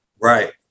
right